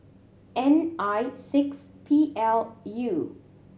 N I six P L U